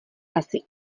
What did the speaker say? asi